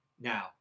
now